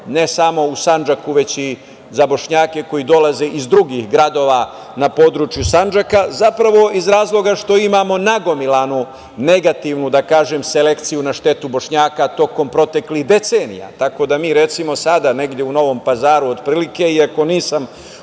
ne samo u Sandžaku, već i za Bošnjake koji dolaze iz drugih gradova na području Sandžaka, zapravo iz razloga što imamo nagomilanu negativnu, da kažem selekciju na štetu Bošnjaka, tokom proteklih decenija. Tako da, mi recimo sada, negde u Novom Pazaru, odprilike i ako nisam